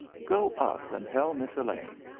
go up and tell miss elaine.